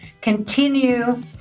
continue